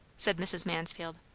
said mrs. mansfield.